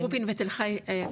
רופין ותל חי אקדמי,